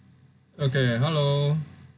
okay hello